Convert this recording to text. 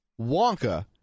Wonka